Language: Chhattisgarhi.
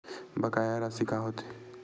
बकाया राशि का होथे?